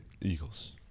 Eagles